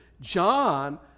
John